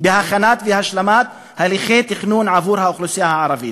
בהכנת והשלמת הליכי תכנון עבור החברה הערבית.